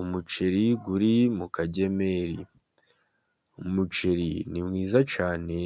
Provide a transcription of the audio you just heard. Umuceri uri mu kagemeri, umuceri ni mwiza cyane,